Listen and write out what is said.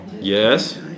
Yes